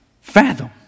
fathom